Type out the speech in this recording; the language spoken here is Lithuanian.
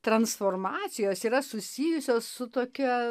transformacijos yra susijusios su tokia